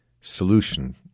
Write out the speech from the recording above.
solution